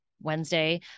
Wednesday